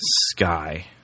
Sky